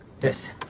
Yes